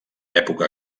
època